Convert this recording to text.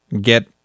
get